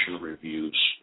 reviews